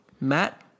Matt